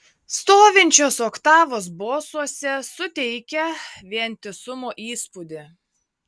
stovinčios oktavos bosuose suteikia vientisumo įspūdį